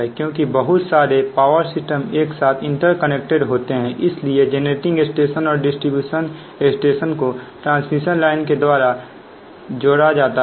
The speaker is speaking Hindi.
क्योंकि बहुत सारे पावर सिस्टम एक साथ इंटरकनेक्टेड होते हैं इसलिए जेनरेटिंग स्टेशन और डिस्ट्रीब्यूशन स्टेशन को ट्रांसमिशन लाइन के द्वारा कनेक्ट किया जाता है